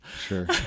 sure